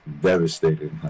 devastated